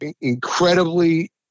incredibly